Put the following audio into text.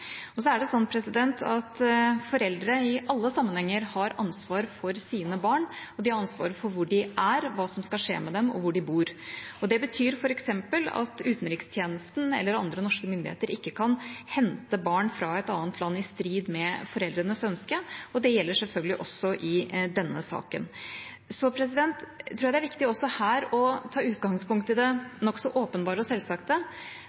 Foreldre har i alle sammenhenger ansvar for sine barn. De har ansvar for hvor de er, hva som skal skje med dem, og hvor de bor. Det betyr f.eks. at utenrikstjenesten eller andre norske myndigheter ikke kan hente barn fra et annet land i strid med foreldrenes ønske, og det gjelder selvfølgelig også i denne saken. Jeg tror at det er viktig også her å ta utgangspunkt i det nokså åpenbare og selvsagte.